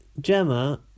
Gemma